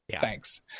thanks